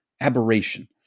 aberration